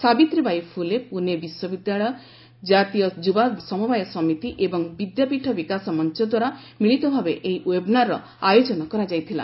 ସାବିତ୍ରୀବାର୍ଚ୍ଚ ପୁଲେ ପୁଣେ ବିଶ୍ୱବିଦ୍ୟାଳୟ ଜାତୀୟ ଯୁବା ସମବାୟ ସମିତି ଏବଂ ବିଦ୍ୟାପୀଠ ବିକାଶ ମଞ୍ଚଦ୍ୱାରା ମିଳିତ ଭାବେ ଏହି ଓ୍ବେବିନାର୍ର ଆୟୋଜନ କରାଯାଇଥିଲା